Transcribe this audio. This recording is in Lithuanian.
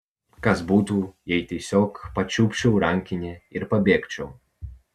kas būtų jei tiesiog pačiupčiau rankinę ir pabėgčiau